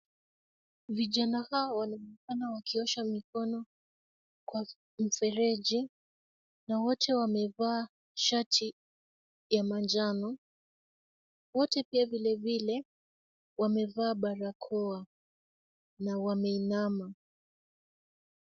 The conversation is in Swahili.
Vijana hawa wanaonekana wakiosha mkono kwa mfereji na wote wamevaa shati ya manjano. Wote pia vilevile wamevaa barakoa na wameinama.